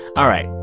all right.